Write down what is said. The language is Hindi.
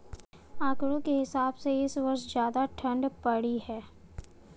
आंकड़ों के हिसाब से इस वर्ष ज्यादा ठण्ड पड़ी है